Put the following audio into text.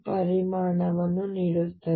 ಪರಿಮಾಣವನ್ನು ನೀಡುತ್ತದೆ